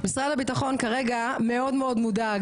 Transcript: משרד הביטחון כרגע מאוד מאוד מודאג